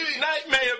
Nightmare